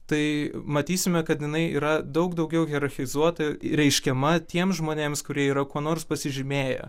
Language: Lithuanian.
tai matysime kad jinai yra daug daugiau hierarchizuota reiškiama tiems žmonėms kurie yra kuo nors pasižymėję